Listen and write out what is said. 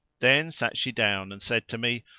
then sat she down and said to me,